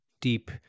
deep